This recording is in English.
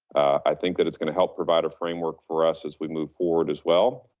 i think that it's gonna help provide a framework for us as we move forward as well.